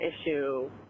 issue